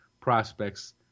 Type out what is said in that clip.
prospects